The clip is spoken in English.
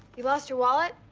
you lost your wallet?